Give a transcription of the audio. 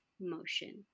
motion